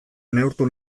neurtu